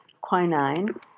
quinine